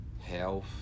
health